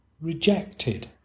rejected